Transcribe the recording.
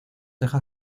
deja